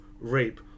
rape